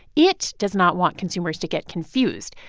it does not want consumers to get confused.